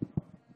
דקות לרשותך.